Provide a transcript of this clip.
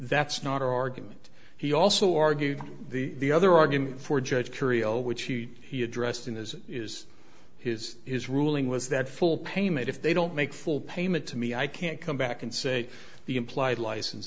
that's not our argument he also argued the the other argument for judge korea which he addressed in his is his his ruling was that full payment if they don't make full payment to me i can't come back and say the implied license